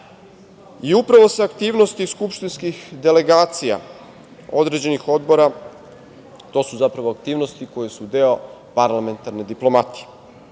planu. Upravo se aktivnosti skupštinskih delegacija, određenih odbora, to su zapravo aktivnosti koje su deo parlamentarne diplomatije.